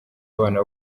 abana